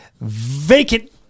Vacant